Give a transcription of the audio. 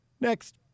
Next